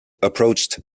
approached